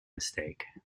mistake